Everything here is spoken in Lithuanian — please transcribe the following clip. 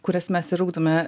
kurias mes ir ugdome